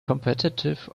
competitive